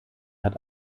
hat